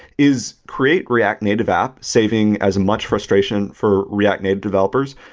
is create react native app saving as much frustration for react native developers,